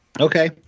Okay